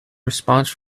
response